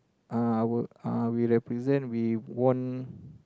uh I will uh we represent we won